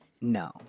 No